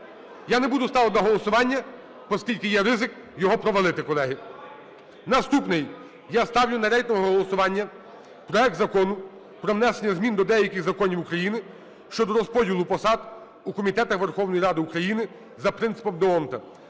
Я не буду ставити на голосування, оскільки є ризик його провалити, колеги. Наступний. Я ставлю на рейтингове голосування проект Закону про внесення змін до деяких законів України щодо розподілу посад у комітетах Верховної Ради України за принципом д'Ондта.